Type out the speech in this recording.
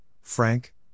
Frank